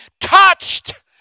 touched